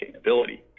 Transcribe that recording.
sustainability